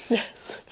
yes.